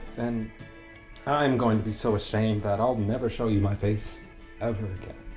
and i'm going to be so ashamed that i'll never show you my face ever again.